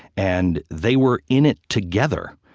and they were in it together.